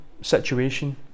situation